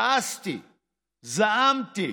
כעסתי, זעמתי,